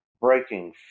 breaking